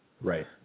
Right